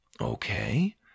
Okay